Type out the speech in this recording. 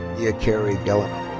nia kerry gallinal.